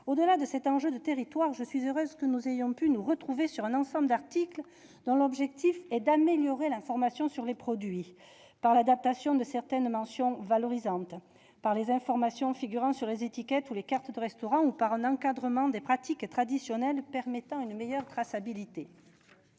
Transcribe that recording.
Au-delà de cet enjeu de territoire, je suis heureuse que nous ayons pu nous retrouver sur un ensemble d'articles dont l'objectif commun est d'améliorer l'information des consommateurs sur les produits, que ce soit par l'adaptation de certaines mentions valorisations, par les informations figurant sur les étiquettes et les cartes de restaurants, ou encore par un encadrement des pratiques traditionnelles permettant une meilleure traçabilité.